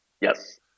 Yes